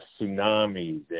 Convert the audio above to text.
tsunamis